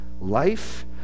life